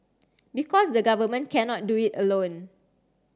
because the government cannot do it alone